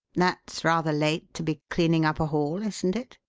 that's rather late to be cleaning up a hall, isn't it?